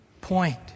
point